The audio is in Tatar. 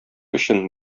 өчен